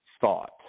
thought